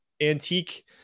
antique